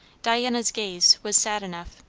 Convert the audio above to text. diana's gaze was sad enough,